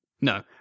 No